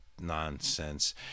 nonsense